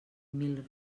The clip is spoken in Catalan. mil